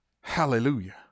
Hallelujah